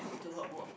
to her work